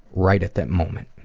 right at that moment.